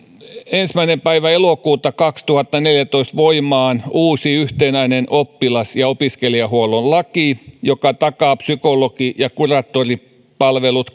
ensimmäinen päivä elokuuta kaksituhattaneljätoista voimaan uusi yhtenäinen oppilas ja opiskelijahuollon laki joka takaa psykologi ja kuraattoripalvelut